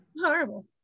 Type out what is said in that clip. Horrible